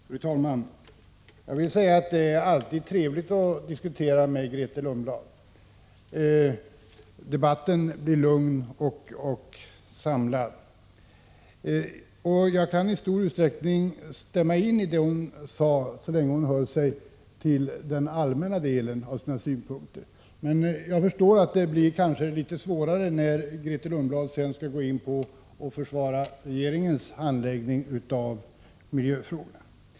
Fru talman! Jag vill säga att det alltid är trevligt att diskutera med Grethe Lundblad. Debatten blir lugn och samlad. Jag kan i stor utsträckning instämma i det Grethe Lundblad säger, så länge hon håller sig till den allmänna delen av sina synpunkter. Men det blir självfallet litet svårare att göra det när Grethe Lundblad sedan går över till att försvara regeringens handläggning av miljöfrågorna.